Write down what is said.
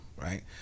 right